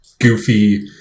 goofy